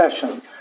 session